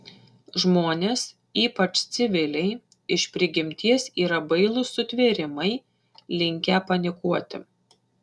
žmonės ypač civiliai iš prigimties yra bailūs sutvėrimai linkę panikuoti